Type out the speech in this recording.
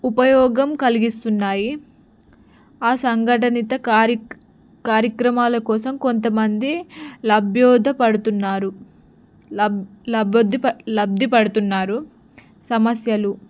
ఉపయోగం కలిగిస్తున్నాయి ఆ సంఘటిత కార కార్యక్రమాల కోసం కొంతమంది లభ్యోధ పడుతున్నారు లబ్ లబద్ది లబ్ధి పడుతున్నారు సమస్యలు